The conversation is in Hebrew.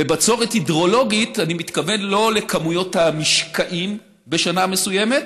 בבצורת הידרולוגית אני מתכוון לא לכמויות המשקעים בשנה מסוימת